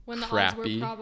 crappy